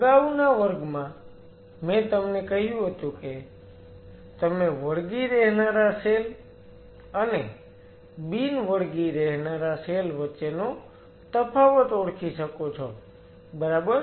અગાઉના વર્ગમાં મેં તમને કહ્યું હતું કે તમે વળગી રહેનારા સેલ અને બિન વળગી રહેનારા સેલ વચ્ચેનો તફાવત ઓળખી શકો છો બરાબર